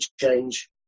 change